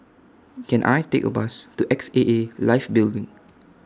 Can I Take A Bus to X A A Life Building